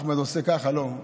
אחמד עושה ככה: לא.